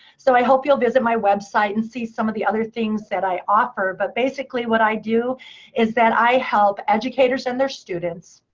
so i hope you'll visit my website, and see some of the other things that i offer. but basically what i do is that i help educators and their students,